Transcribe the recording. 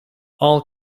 all